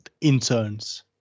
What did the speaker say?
interns